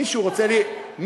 מי שרוצה, איפה הבעיה?